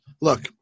Look